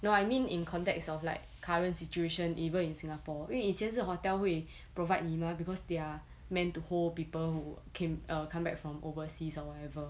no I mean in context of like current situation even in singapore 因为以前是 hotel 会 provide 你 mah because they're meant to hold people who came err come back from overseas or whatever